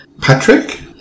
Patrick